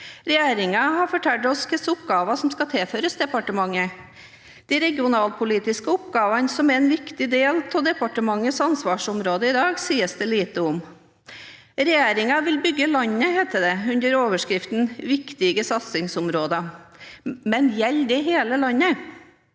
Regjeringen har fortalt oss hvilke oppgaver som skal tilføres departementet. De regionalpolitiske oppgavene som er en viktig del av departementets ansvarsområde i dag, sies det lite om. «Regjeringen vil bygge landet», heter det under overskriften «Viktige satsingsområder», men gjelder det hele landet?